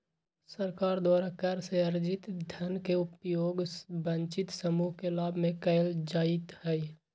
सरकार द्वारा कर से अरजित धन के उपयोग वंचित समूह के लाभ में कयल जाईत् हइ